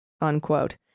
unquote